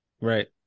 Right